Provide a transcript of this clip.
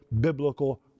biblical